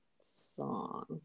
song